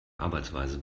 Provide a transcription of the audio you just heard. arbeitsweise